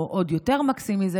או עוד יותר מקסים מזה,